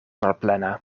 malplena